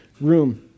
room